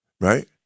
right